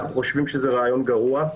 אנו חושבים שזה רעיון גרוע.